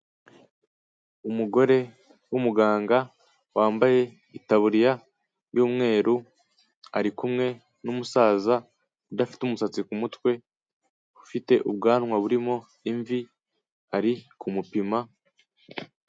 Umugore w'umuganga wambaye itaburiya y'umweru ari kumwe n'umusaza udafite umusatsi ku mutwe, ufite ubwanwa burimo imvi ari kumupima...